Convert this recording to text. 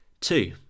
Two